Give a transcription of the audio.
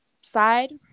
side